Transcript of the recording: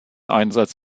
einsatz